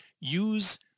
use